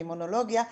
אימונולוגיה,